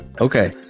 Okay